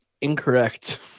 Incorrect